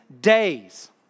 days